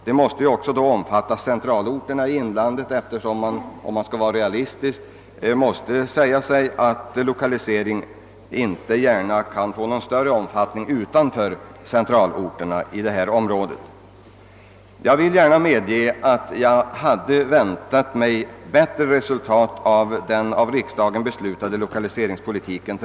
Den måste då också omfatta centralor terna i inlandet eftersom man, om man skall vara realistisk, måste säga sig att lokaliseringen inte kan få någon större omfattning utanför centralorterna i detta område. Jag hade väntat mig ett bättre resultat för inlandets del av den av riksdagen beslutade lokaliseringspolitiken.